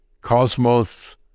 cosmos